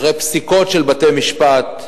אחרי פסיקות של בתי-משפט.